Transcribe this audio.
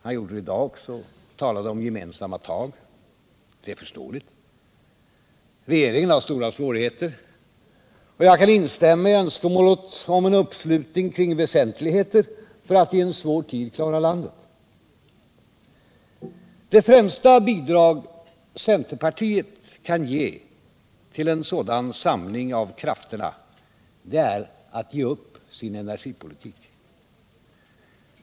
Han gjorde det i dag också. Han talade om gemensamma tag. Det är förståeligt. Regeringen har stora svårigheter, och jag kan instämma i önskemålet om en uppslutning kring väsentligheter för att i en svår tid klara landet. Det främsta bidrag centerpartiet kan ge till en sådan samling av krafterna, det är att ge upp sin energipolitik.